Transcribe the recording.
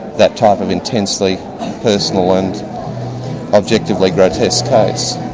that type of intensely personal and objectively grotesque case.